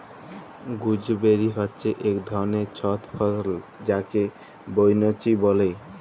gooseberry হচ্যে এক ধরলের ছট ফল যাকে বৈনচি ব্যলে